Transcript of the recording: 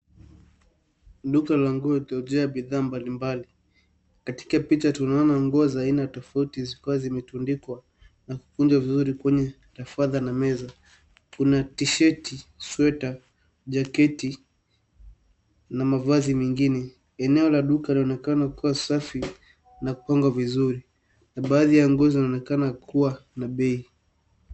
Duka la nguo lililo jaa bidhaa mbalimbali. Katika picha tunaona nguo za aina tofauti zikiwa zimetundikwa na kukunjwa vizuri kwenye tafadha na meza. Kuna tishati, sweta ,jaketi na mavazi mengine. Eneo la duka linaonekana kuwa safi na kupangwa vizuri na baadhi ya nguo zinaonekana kuwa na bei.